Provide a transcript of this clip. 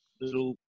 little